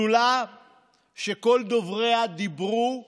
כל דובריה דיברו על